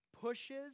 pushes